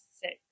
six